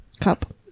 Cup